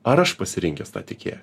ar aš pasirinkęs tą tiekėją